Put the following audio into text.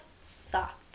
sucked